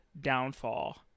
downfall